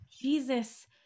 Jesus